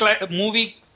movie